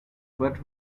what